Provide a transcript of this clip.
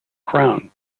crown